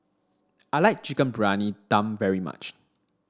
I like Chicken Briyani Dum very much